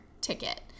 ticket